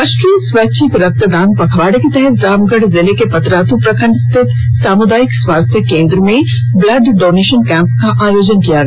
राष्ट्रीय स्वैच्छिक रक्तदान पखवाडे के तहत रामगढ जिले के पतरात प्रखंड स्थित सामुदायिक स्वास्थ्य केंद्र में ब्लड डोनेशन कैंप का आयोजन किया गया